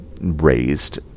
raised